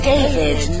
David